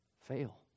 Fail